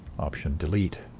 option-delete